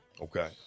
Okay